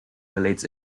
relates